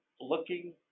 looking